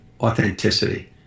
authenticity